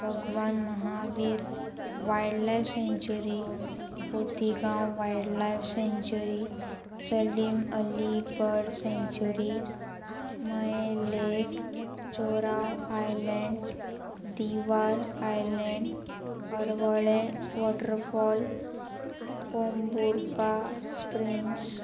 Bhagwan Mahavir wildlife sanctuary Cotigao wildlife sanctuary Salim Ali bird sanctuary Mayem lake Chorao island Divar island Arvalem waterfall Pomburpa springs